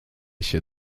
się